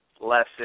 less